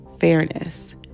fairness